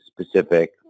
specific